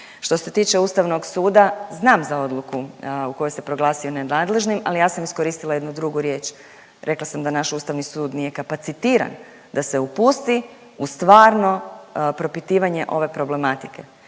Što se tiče Ustavnog suda znam za odluku u kojoj se proglasio nenadležnim, ali ja sam iskoristila jednu drugu riječ, rekla sam da naš Ustavni sud nije kapacitiran da se upusti u stvarno propitivanje ove problematike.